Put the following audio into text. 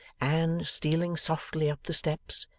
and, stealing softly up the steps,